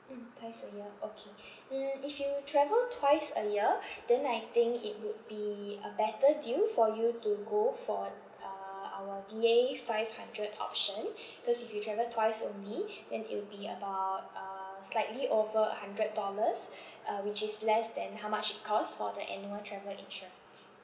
mm twice a year okay mm if you travel twice a year then I think it would be a better deal for you to go for uh our D A five hundred option cause if you travel twice only then it will be about uh slightly over a hundred dollars uh which is less than how much it cost for the annual travel insurance